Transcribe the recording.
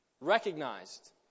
recognized